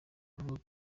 avuga